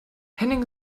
henning